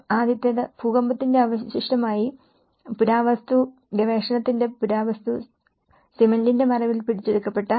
ആദ്യത്തേത് ഭൂതകാലത്തിന്റെ അവശിഷ്ടമായി പുരാവസ്തുഗവേഷണത്തിന്റെ പുരാവസ്തു സിമന്റിന്റെ മറവിൽ പിടിച്ചെടുക്കപ്പെട്ട ക്രെറ്റോ